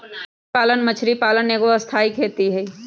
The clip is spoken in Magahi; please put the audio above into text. मुर्गी पालन मछरी पालन एगो स्थाई खेती हई